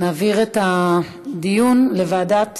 להעביר את הדיון לוועדת